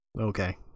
Okay